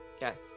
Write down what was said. yes